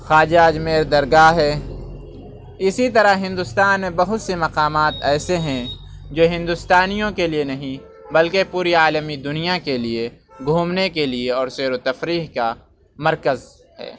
خواجہ اجمیر درگاہ ہے اسی طرح ہندوستان میں بہت سے مقامات ایسے ہیں جو ہندوستانیوں کے لیے نہیں بلکہ پوری عالمی دنیا کے لیے گھومنے کے لیے اور سیر و تفریح کا مرکز ہے